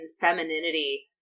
femininity